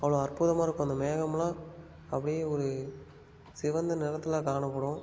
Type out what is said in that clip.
அவ்வளோ அற்புதமாக இருக்கும் அந்த மேகமெலாம் அப்படியே ஒரு சிவந்த நிறத்தில் காணப்படும்